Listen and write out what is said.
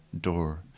door